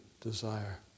desire